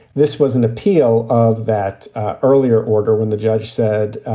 this was an appeal of that earlier order when the judge said,